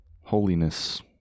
Holiness